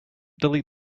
delete